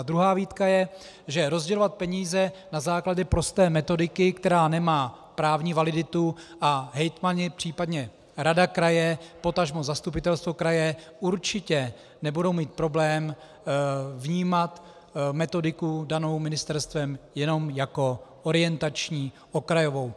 Druhá výtka je, že rozdělovat peníze na základě prosté metodiky, která nemá právní validitu, a hejtmani, případně rada kraje, potažmo zastupitelstvo kraje určitě nebudou mít problém vnímat metodiku danou ministerstvem jenom jako orientační, okrajovou.